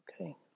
Okay